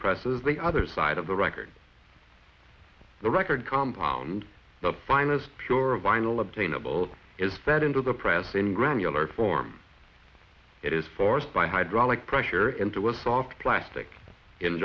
presses the other side of the record the record compound the finest pura vinyl obtainable is that into the press in granular form it is forced by hydraulic pressure into a soft plastic in